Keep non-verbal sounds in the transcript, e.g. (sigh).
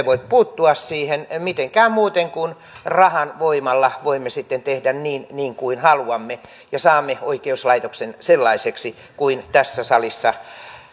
(unintelligible) voi puuttua niihin mitenkään muuten kuin rahan voimalla voimme sitten tehdä niin niin kuin haluamme ja saamme oikeuslaitoksen sellaiseksi kuin tässä salissa